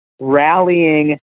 rallying